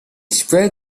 spread